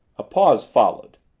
a pause followed.